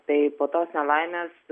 tai po tos nelaimės